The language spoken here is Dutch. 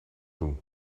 doen